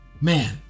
man